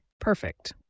Perfect